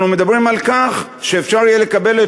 אנחנו מדברים על כך שאפשר יהיה לקבל את